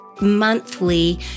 Monthly